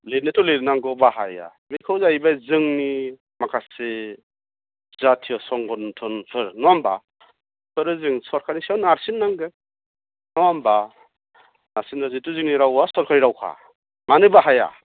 लिरनायाथ' लिरनांगौ बाहाया बिखौ जाहैबाय जोंनि माखासे जाथिय' संगनथनफोर नङा होम्बा बेफोरो जों सरकारनि सायाव नारसिननांगोन नङा होमबा नारसिनो जिथु जोंनि रावआ सरकारि रावखा मानो बाहाया